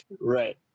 Right